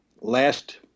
last